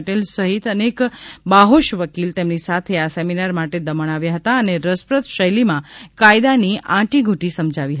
પટેલ સહિત અનેક બાહોશ વકીલ તેમની સાથે આ સેમિનાર માટે દમણ આવ્યા હતા અને રસપ્રદ શૈલી માં કાયદાની આંટીધુટી સમજાવી હતી